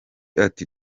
ati